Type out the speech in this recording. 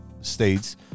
states